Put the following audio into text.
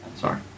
Sorry